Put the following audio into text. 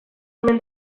omen